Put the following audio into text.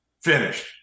finished